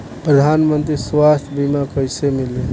प्रधानमंत्री स्वास्थ्य बीमा कइसे मिली?